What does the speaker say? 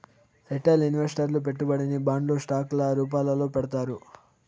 retail ఇన్వెస్టర్లు పెట్టుబడిని బాండ్లు స్టాక్ ల రూపాల్లో పెడతారు